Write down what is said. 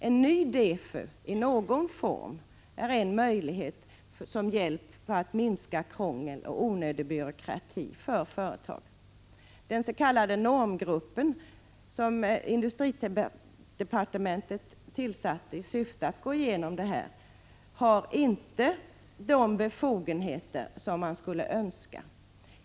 En ny DEFU i någon form skulle kunna skapa möjlighet att minska krångel och onödig byråkrati för företagen. Den s.k. normgrupp som industridepartementet tillsatte och som har till syfte att gå igenom dessa bestämmelser har inte de befogenheter som man skulle önska.